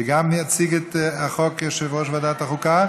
וגם יציג את הצעת החוק יושב-ראש ועדת החוקה,